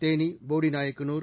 Theni Bodinayakanur